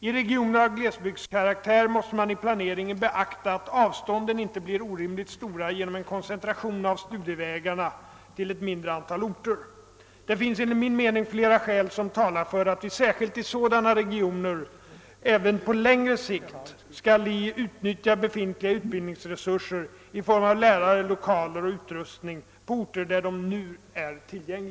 I regioner av glesbygdskaraktär måste man i planeringen beakta att avstånden inte blir orimligt stora genom en koncentration av studievägarna till ett mindre antal orter. Det finns enligt min mening flera skäl som talar för att vi särskilt i sådana regioner även på längre sikt skall utnyttja befintliga utbildningsresurser — i form av lärare, lokaler och utrustning — på orter där de nu är till